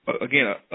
again